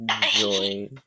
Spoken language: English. join